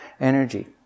energy